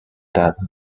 that